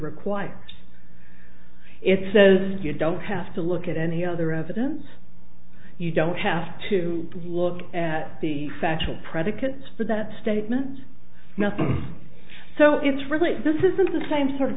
requires it says you don't have to look at any other evidence you don't have to look at the factual predicates for that statement nothing so it's really this isn't the same sort of